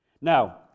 Now